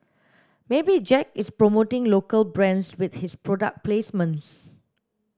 maybe Jack is promoting local brands with his product placements